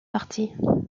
parties